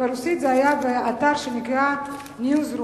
וברוסית זה היה באתר שנקרא "news room".